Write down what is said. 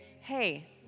Hey